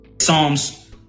Psalms